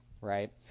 right